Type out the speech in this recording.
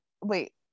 wait